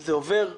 זה עובר,